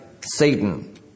Satan